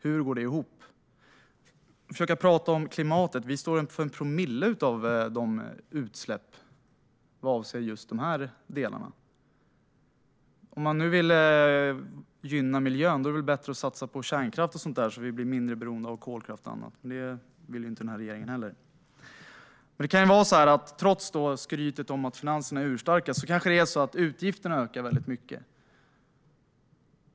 Hur går det ihop? Vad gäller klimatet kan jag säga att vi står för en promille av utsläppen vad avser de här delarna. Om man nu vill gynna miljön är det väl bättre att satsa på till exempel kärnkraft, så att vi blir mindre beroende av kolkraft och annat. Men det vill den här regeringen inte heller göra. Trots skrytet om att finanserna är urstarka kanske det är så att utgifterna ökar väldigt mycket.